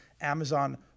Amazon